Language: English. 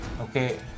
Okay